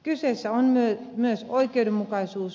kyseessä on myös oikeudenmukaisuus